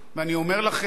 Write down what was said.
ואני אומר לכם,